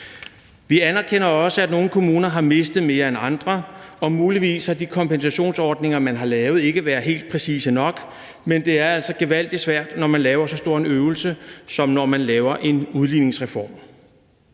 Vi anerkender også, at nogle kommuner har mistet mere end andre, og at de kompensationsordninger, man har lavet, muligvis ikke har været helt præcise nok. Men det er altså gevaldig svært, når man laver så stor en øvelse, som det er at lave en udligningsreform.